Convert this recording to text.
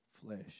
flesh